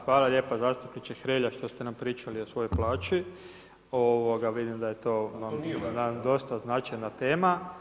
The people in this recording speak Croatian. Hvala lijepo zastupniče Hrelja što ste nam pričali o svojoj plaći, vidim da je to dosta značajna tema.